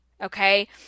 Okay